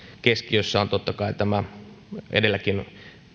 keskiössä on totta kai tämä edelläkin